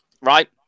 right